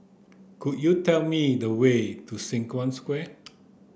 could you tell me the way to Sengkang Square